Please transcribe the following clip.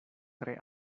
tre